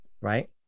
right